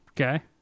Okay